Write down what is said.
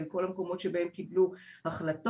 בכל המקומות שבהם קיבלו החלטות.